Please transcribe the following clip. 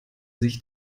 sich